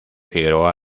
figueroa